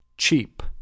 Cheap